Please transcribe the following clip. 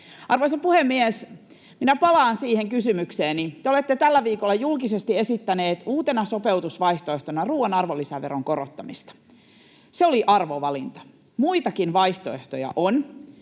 Arvoisa puhemies, minä palaan siihen kysymykseeni: Te olette tällä viikolla julkisesti esittäneet uutena sopeutusvaihtoehtona ruoan arvonlisäveron korottamista. Se oli arvovalinta. Muitakin vaihtoehtoja on,